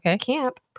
camp